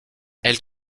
elle